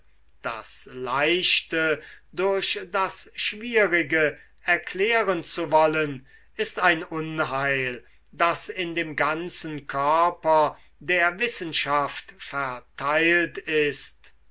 das leichte durch das schwierige erklären zu wollen ist ein unheil das in dem ganzen körper der wissenschaft verteilt ist